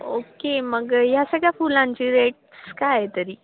okay मग ह्या सगळ्या फुलांची रेट्स काय आहे तरी